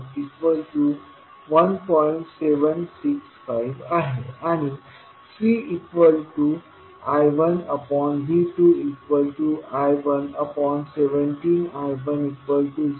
765 आहे आणि CI1V2I117I10